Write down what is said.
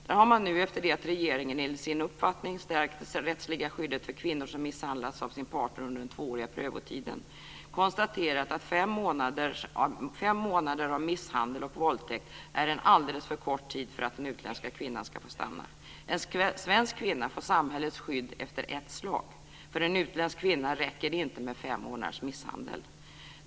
Där har man nu, efter det att regeringen enligt sin egen uppfattning stärkt det rättsliga skyddet för kvinnor som misshandlats av sin partner under den tvååriga prövotiden, konstaterat att fem månader av misshandel och våldtäkt är en alldeles för kort tid för att den utländska kvinnan ska få stanna. En svensk kvinna får samhällets skydd efter ett slag. För en utländsk kvinna räcker det inte med fem månaders misshandel.